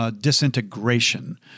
disintegration